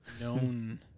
Known